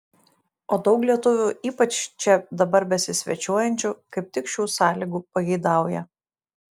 o daug lietuvių ypač čia dabar besisvečiuojančių kaip tik šių sąlygų pageidauja